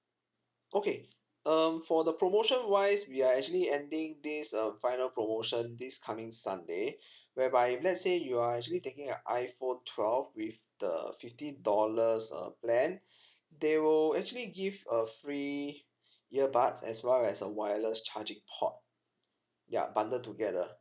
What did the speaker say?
okay um for the promotion wise we are actually ending this um final promotion this coming sunday whereby let's say you are actually taking a iphone twelve with the fifty dollars uh plan they will actually give a free earbuds as well as a wireless charging port ya bundle together